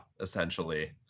essentially